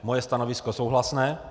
Moje stanovisko je souhlasné.